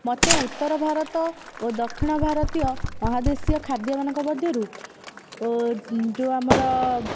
ମୋତେ ଉତ୍ତର ଭାରତ ଓ ଦକ୍ଷିଣ ଭାରତୀୟ ମହାଦେଶୀୟ ଖାଦ୍ୟମାନଙ୍କ ମଧ୍ୟରୁ ଯେଉଁ ଆମର